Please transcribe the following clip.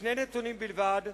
שני נתונים בלבד,